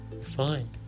Fine